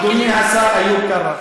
מה הקשר לירושלים?